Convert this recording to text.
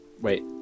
Wait